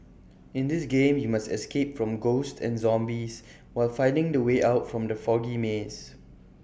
in this game you must escape from ghosts and zombies while finding the way out from the foggy maze